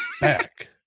Back